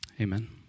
Amen